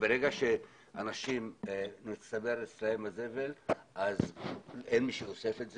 וברגע שמצטבר הזבל אין מי שאוסף את זה,